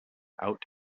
out